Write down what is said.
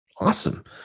Awesome